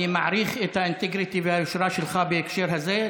אני מעריך את האינטגריטי והיושרה שלך בהקשר הזה.